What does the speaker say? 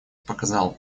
показал